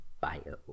Bio